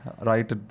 right